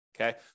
Okay